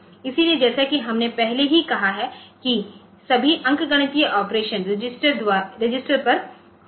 इसलिए जैसा कि हमने पहले ही कहा है कि सभी अंकगणितीय ऑपरेशन रजिस्टर पर होंगे